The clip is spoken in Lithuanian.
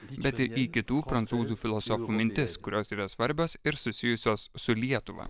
bet ir į kitų prancūzų filosofų mintis kurios yra svarbios ir susijusios su lietuva